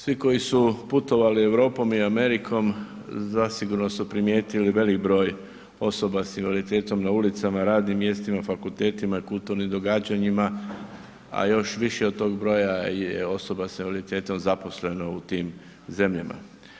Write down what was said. Svi koji su putovali Europom i Amerikom zasigurno su primijetili velik broj osoba sa invaliditetom na ulicama, radnim mjestima, fakultetima, kulturnim događanjima a još više od tog broja je osoba sa invaliditetom zaposleno u tim zemljama.